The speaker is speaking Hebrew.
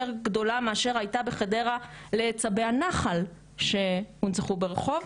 גדולה מאשר הייתה בחדרה לצבי הנחל שהונצחו ברחוב,